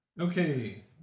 Okay